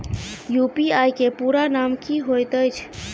UPI केँ पूरा नाम की होइत अछि?